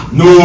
no